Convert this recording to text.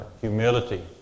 Humility